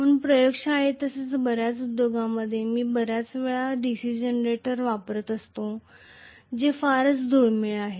म्हणून प्रयोगशाळेत तसेच बऱ्याच उद्योगांमध्ये मी बऱ्याच वेळा DC जनरेटर वापरत असतो जे फारच दुर्मिळ आहे